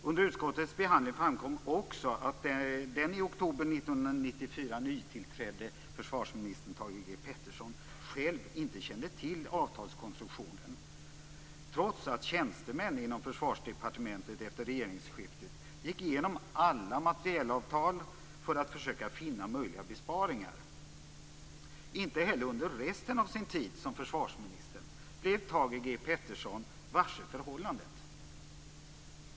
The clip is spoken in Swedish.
Under utskottets behandling framkom också att den i oktober 1994 nytillträdde försvarsminister Thage G Peterson själv inte kände till avtalskonstruktionen, trots att tjänstemän inom Försvarsdepartementet efter regeringsskiftet gick igenom alla materielavtal för att försöka finna möjliga besparingar. Inte heller under resten av sin tid som försvarsminister blev Thage G Peterson varse förhållandet.